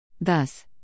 Thus